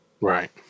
Right